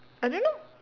I don't know